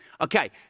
Okay